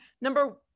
number